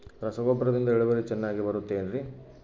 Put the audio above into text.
ರಸಗೊಬ್ಬರದಿಂದ ಇಳುವರಿ ಚೆನ್ನಾಗಿ ಬರುತ್ತೆ ಏನ್ರಿ?